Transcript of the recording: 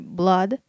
blood